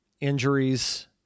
injuries